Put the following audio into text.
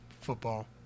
football